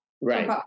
right